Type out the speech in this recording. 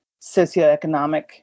socioeconomic